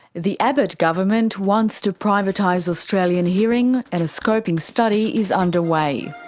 the abbott government wants to privatise australian hearing, and a scoping study is underway.